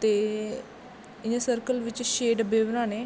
ते इयां सर्कल बिच्च छे बब्बे बनाने